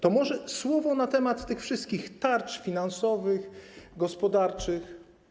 To może słowo na temat tych wszystkich tarcz finansowych, gospodarczych.